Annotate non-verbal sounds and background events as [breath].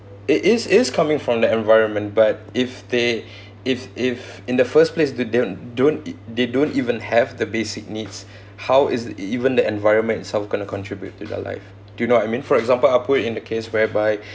it is is coming from the environment but if they [breath] if if in the first place they don't don't e~ they don't even have the basic needs how is it even the environment itself going to contribute to their life do you know what I mean for example I put it in the case whereby